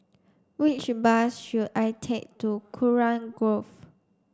which bus should I take to Kurau Grove